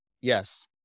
Yes